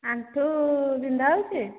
ଆଣ୍ଠୁ ବିନ୍ଧା ହେଉଛି